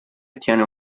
ottiene